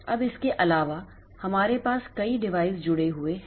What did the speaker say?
अब इसके अलावा हमारे पास कई डिवाइस जुड़े हुए हैं